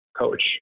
coach